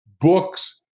Books